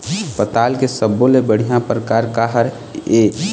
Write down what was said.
पताल के सब्बो ले बढ़िया परकार काहर ए?